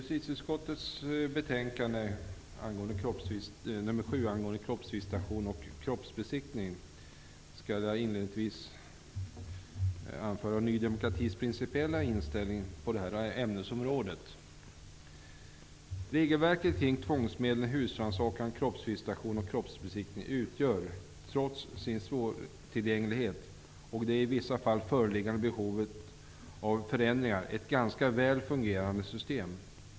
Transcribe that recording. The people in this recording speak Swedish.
Herr talman! Jag skall inledningsvis anföra Ny demokratis principiella inställning till justitieutskottets betänkande 1993/94:JuU7 Regelverket kring tvångsmedlen husrannsakan, kroppsvisitation och kroppsbesiktning utgör, trots svårtillgänglighet och det i vissa fall föreliggande behovet av förändringar, ett ganska väl fungerande system.